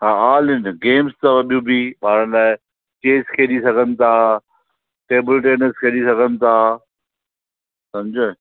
हा गेम्स अथव ॿियूं बि ॿारनि लाइ चेस खेॾी सघनि था टेबल टेनिस खेॾी सघनि था समुझियव